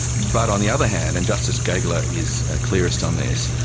but on the other hand, and justice gageler is clearest on this,